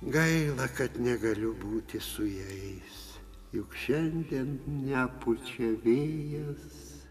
gaila kad negaliu būti su jais juk šiandien nepučia vėjas